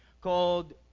called